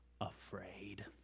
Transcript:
afraid